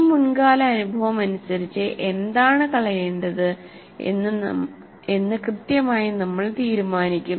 ഈ മുൻകാല അനുഭവം അനുസരിച്ച് എന്താണ് കളയേണ്ടത് എന്ന് കൃത്യമായി നമ്മൾ തീരുമാനിക്കും